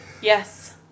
Yes